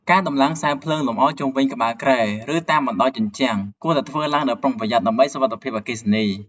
ការដំឡើងខ្សែភ្លើងលម្អជុំវិញក្បាលគ្រែ ឬតាមបណ្ដោយជញ្ជាំង គួរតែធ្វើឡើងដោយប្រុងប្រយ័ត្នដើម្បីសុវត្ថិភាពអគ្គិសនី។